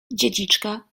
dziedziczka